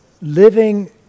living